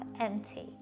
empty